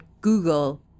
Google